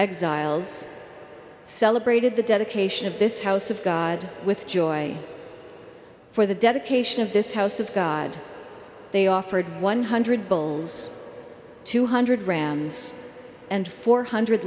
exiles celebrated the dedication of this house of god with joy for the dedication of this house of god they offered one hundred bulls two hundred rams and four hundred